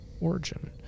origin